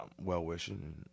well-wishing